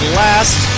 last